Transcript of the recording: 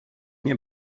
nie